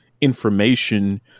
information